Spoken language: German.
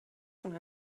von